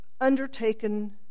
undertaken